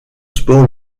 sport